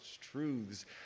truths